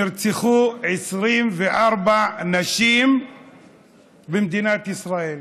נרצחו 24 נשים במדינת ישראל.